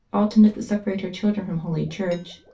all tended to separate her children from holy church.